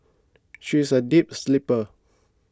she is a deep sleeper